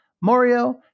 Mario